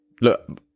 look